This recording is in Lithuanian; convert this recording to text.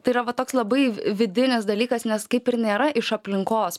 tai yra va toks labai vidinis dalykas nes kaip ir nėra iš aplinkos